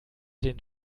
den